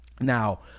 Now